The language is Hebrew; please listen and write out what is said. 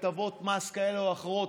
הטבות מס כאלה או אחרות,